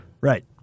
Right